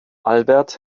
albert